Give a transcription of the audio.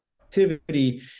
activity